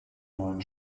neuen